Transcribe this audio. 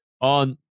on